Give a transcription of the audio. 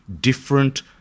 different